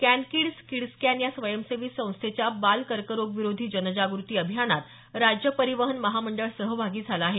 can Kids Kids Can या स्वयंसेवी संस्थेच्या बाल कर्करोगविरोधी जनजागृती अभियानात राज्य परिवहन महामंडळ सहभागी झालं आहे